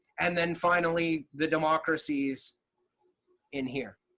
and then finally the democracies in here.